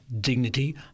dignity